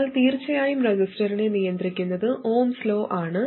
എന്നാൽ തീർച്ചയായും റെസിസ്റ്ററിനെ നിയന്ത്രിക്കുന്നത് ഒഹ്മ്സ് ലോ ആണ്